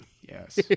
yes